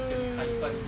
kita punya khalifah dulu